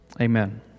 Amen